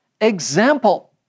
example